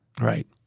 Right